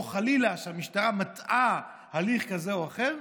או חלילה שהמשטרה מטעה בהליך כזה או אחר,